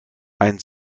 ein